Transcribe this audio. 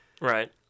right